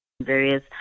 various